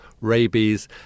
rabies